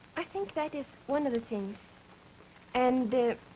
i think that is one of the things and